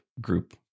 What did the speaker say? group